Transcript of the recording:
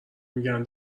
میگن